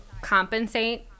compensate